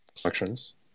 collections